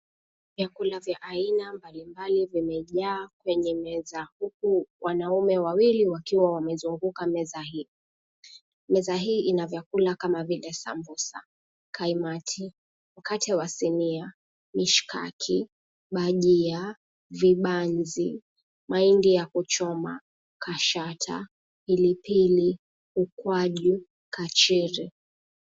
Vyakula vya aina mbali mbali. Vimejaa kwenye meza. Huku wanaume wawili wakiwa wamezunguka meza hii. Meza hii ina vyakula kama vile samosa, kaimati, mkate wa sinia, mishikaki, bajia, vibanzi, mahindi ya kuchoma, kashata, pilipili, mkwaju na kachiri.